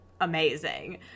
amazing